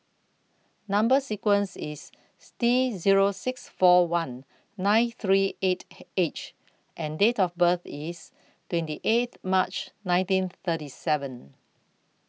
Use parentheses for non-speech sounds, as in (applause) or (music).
Number sequence IS T Zero six four one nine three eight (noise) H and Date of birth IS twenty eight March nineteen thirty seven